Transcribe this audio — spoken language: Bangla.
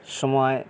সময়